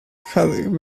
had